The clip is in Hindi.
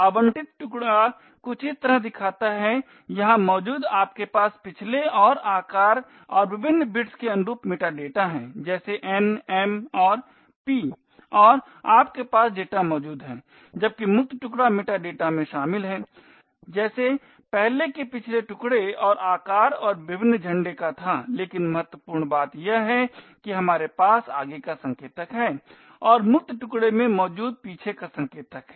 आवंटित टुकड़ा कुछ इस तरह दिखता यहाँ मौजूद आपके पास पिछले और आकार और विभिन्न बिट्स के अनुरूप मेटाडेटा है जैसे n m और p और आपके पास डेटा मौजूद है जबकि मुक्त टुकड़ा मेटाडेटा में शामिल है जैसे पहले के पिछले टुकडे और आकार और विभिन्न झंडे का था लेकिन महत्वपूर्ण बात यह है कि हमारे पास आगे का संकेतक है और मुक्त टुकडे में मौजूद पीछे का संकेतक है